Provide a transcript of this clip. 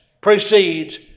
precedes